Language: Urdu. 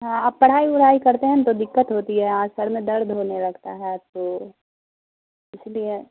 ہاں آپ پڑھائی اوڑھائی کرتے ہیں نا تو دقت ہوتی ہے اور سر میں درد ہونے لگتا ہے تو اس لیے